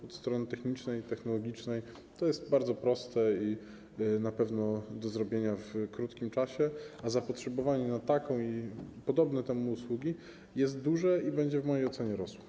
Od strony technicznej, technologicznej to jest bardzo proste i na pewno do zrobienia w krótkim czasie, a zapotrzebowanie na taką i podobne temu usługi jest duże i będzie w mojej ocenie rosło.